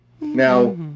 Now